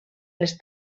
les